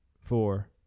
four